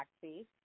taxi